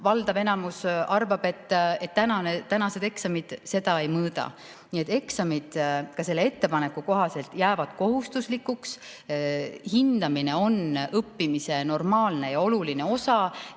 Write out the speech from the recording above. enamik arvab, et tänased eksamid seda ei mõõda. Eksamid jäävad ka selle ettepaneku kohaselt kohustuslikuks. Hindamine on õppimise normaalne ja oluline osa.